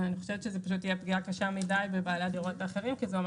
אני חושבת שזו תהיה פגיעה קשה מדיי בבעלי הדירות האחרים כי זה אומר